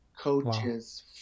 coaches